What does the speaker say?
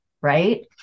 right